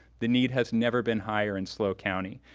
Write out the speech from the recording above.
the need has never been higher in slo county.